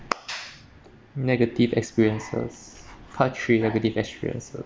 negative experiences part three negative experiences